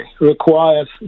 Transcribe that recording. requires